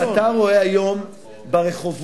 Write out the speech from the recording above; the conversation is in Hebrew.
כשאתה רואה היום ברחובות,